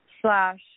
slash